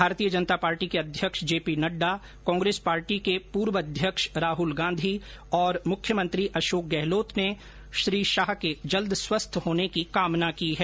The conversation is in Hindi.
भारतीय जनता पार्टी के अध्यक्ष जेपी नड्डा कांग्रेस पार्टी के पूर्व अध्यक्ष राहुल गांधी और मुख्यमंत्री अशोक गहलोत ने श्री शाह के जल्द स्वस्थ होने की कामना की है